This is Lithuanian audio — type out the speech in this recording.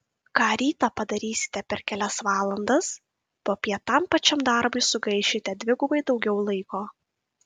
ką rytą padarysite per kelias valandas popiet tam pačiam darbui sugaišite dvigubai daugiau laiko